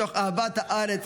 מתוך אהבת הארץ,